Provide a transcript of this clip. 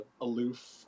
aloof